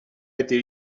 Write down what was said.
été